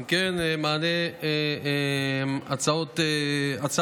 אם כן, אדוני היושב-ראש, מענה על הצעת חוק